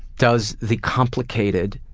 does the complicated,